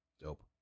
Dope